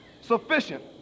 sufficient